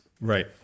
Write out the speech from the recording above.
right